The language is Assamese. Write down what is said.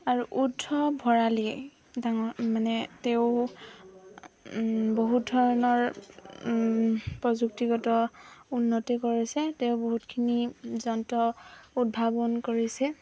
আৰু উদ্ধৱ ভৰালী ডাঙৰ মানে তেওঁ বহুত ধৰণৰ প্ৰযুক্তিগত উন্নতি কৰিছে তেওঁ বহুতখিনি যন্ত্ৰ উদ্ভাৱন কৰিছে